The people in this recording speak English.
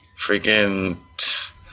freaking